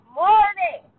morning